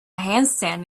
handstand